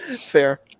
Fair